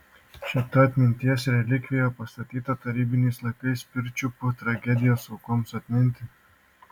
šita atminties relikvija pastatyta tarybiniais laikais pirčiupių tragedijos aukoms atminti